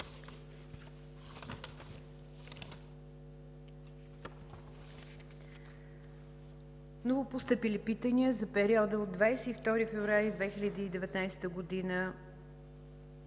Новопостъпили питания за периода от 22 февруари 2019 г.